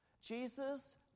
Jesus